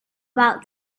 about